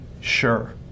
sure